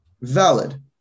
Valid